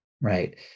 right